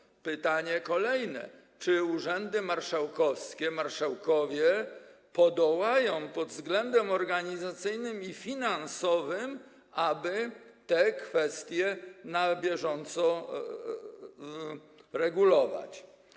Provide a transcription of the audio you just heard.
Kolejne pytanie: Czy urzędy marszałkowskie, marszałkowie podołają pod względem organizacyjnym i finansowym temu, aby te kwestie na bieżąco regulować?